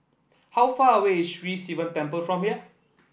how far away is Sri Sivan Temple from here